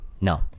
No